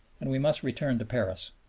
and we must return to paris.